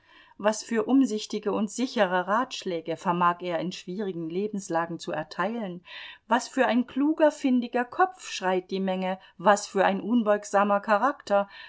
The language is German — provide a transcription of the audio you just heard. was für umsichtige und sichere ratschläge vermag er in schwierigen lebenslagen zu erteilen was für ein kluger findiger kopf schreit die menge was für ein unbeugsamer charakter